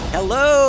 Hello